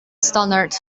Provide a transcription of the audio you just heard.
standard